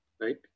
right